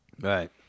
Right